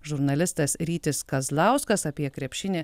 žurnalistas rytis kazlauskas apie krepšinį